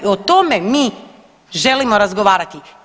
O tome mi želimo razgovarati.